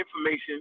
information